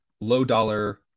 low-dollar